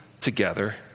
together